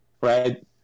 right